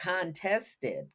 contested